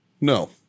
No